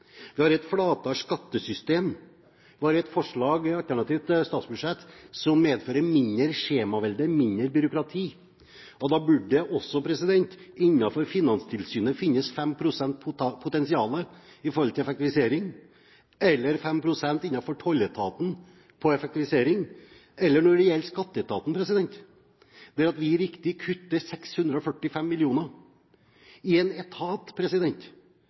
vi hever tollgrensene. Vi har et flatere skattesystem. Vi har et forslag i vårt alternative statsbudsjett som medfører mindre skjemavelde, mindre byråkrati. Da burde det også innenfor Finanstilsynet finnes 5 pst. potensial for effektivisering, eller 5 pst. innenfor tolletaten for effektivisering. Når det gjelder skatteetaten, er det riktig at vi kutter 645 mill. kr i en etat